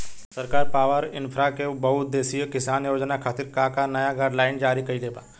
सरकार पॉवरइन्फ्रा के बहुउद्देश्यीय किसान योजना खातिर का का नया गाइडलाइन जारी कइले बा?